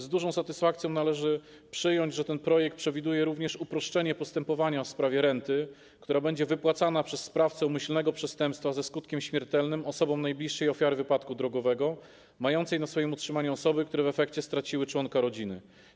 Z dużą satysfakcją należy przyjąć, że w tym projekcie przewiduje się również uproszczenie postępowania w sprawie renty, która będzie wypłacana przez sprawcę umyślnego przestępstwa ze skutkiem śmiertelnym osobom najbliższym ofiary wypadku drogowego mającej na swoim utrzymaniu osoby, które w efekcie straciły członka rodziny.